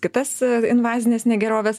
kitas invazines negeroves